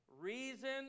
reason